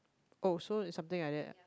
oh so is something like that ah